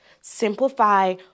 Simplify